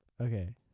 Okay